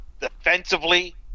defensively